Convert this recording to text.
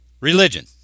religion